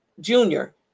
Junior